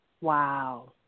wow